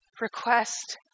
request